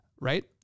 right